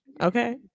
Okay